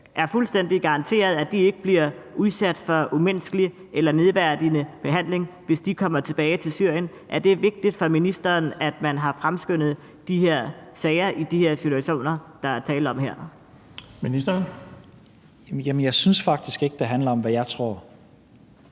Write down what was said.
er fuldstændig garanteret, at de ikke bliver udsat for umenneskelig eller nedværdigende behandling, hvis de kommer tilbage til Syrien? Er det vigtigt for ministeren, at man har fremskyndet de her sager i de her situationer, der er tale om her? Kl. 16:13 Den fg. formand (Erling